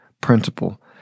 principle